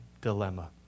dilemma